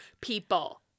people